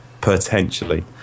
potentially